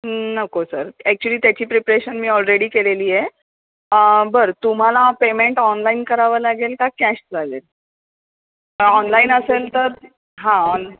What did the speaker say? नको sir actually त्याची preparation मी ऑलरेडी केलेली आहे बरं तुम्हाला पेमेंट ऑनलाईन करावं लागेल का कॅश लागेल ऑनलाईन असेल तर हा ऑन